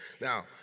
Now